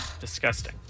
Disgusting